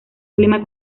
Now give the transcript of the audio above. clima